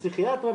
פסיכיאטריה,